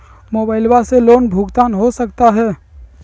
Mobile से loan भुगतान हो सकता है?